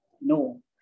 No